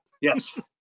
Yes